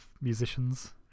musicians